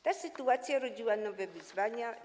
Ta sytuacja zrodziła nowe wyzwania.